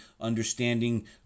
understanding